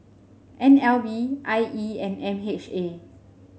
N L B I E and M H A